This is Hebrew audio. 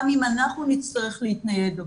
גם אם אנחנו נצטרך להתנייד עבורו.